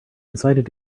decided